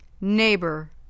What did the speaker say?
neighbor